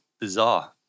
bizarre